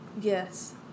Yes